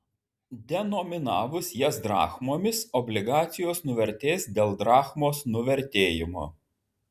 denominavus jas drachmomis obligacijos nuvertės dėl drachmos nuvertėjimo